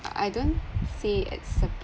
I don't say it's